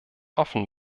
offen